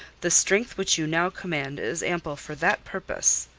the strength which you now command is ample for that purpose.